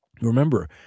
Remember